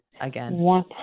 again